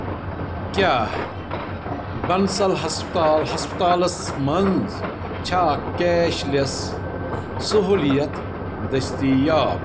کیٛاہ بَنسَل ہسپتال ہسپتالَس منٛز چھےٚ کیش لیس صحولیت دٔستیاب